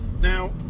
Now